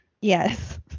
Yes